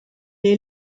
est